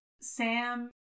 sam